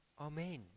Amen